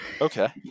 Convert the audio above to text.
Okay